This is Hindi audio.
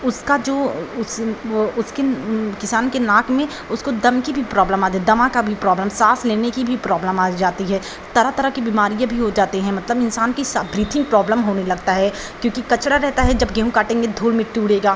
उसका जो उस वह उसके किसान के नाक में उसको दम की भी प्रॉब्लम आ जाए दमा का भी प्रॉब्लम साँस लेने की भी प्रॉब्लम आ जाती है तरह तरह की बीमारियाँ भी हो जाते हैं मतलब इन्सान की ब्रीथिंग प्रॉब्लम होने लगता है क्योंकि कचरा रहता है जब गेहूँ काटेंगे तो धूल मिट्टी उड़ेगी